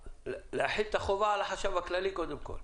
להחיל את החובה על החשב הכללי קודם כל.